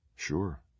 Sure